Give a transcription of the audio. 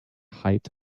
height